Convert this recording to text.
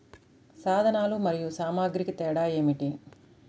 సాధనాలు మరియు సామాగ్రికి తేడా ఏమిటి?